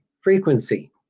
frequency